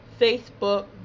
Facebook